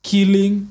Killing